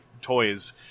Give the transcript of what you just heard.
toys